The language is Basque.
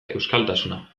euskaltasuna